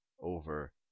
over